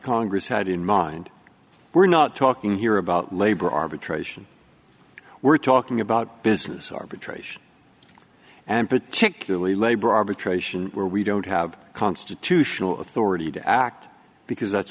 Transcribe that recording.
congress had in mind we're not talking here about labor arbitration we're talking about business arbitration and particularly labor arbitration where we don't have constitutional authority to act because that's